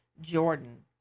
Jordan